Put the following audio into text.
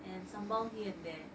and sambal here and there